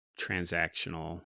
transactional